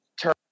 turn